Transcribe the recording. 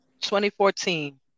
2014